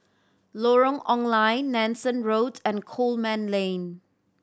Lorong Ong Lye Nanson Road and Coleman Lane